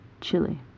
Chile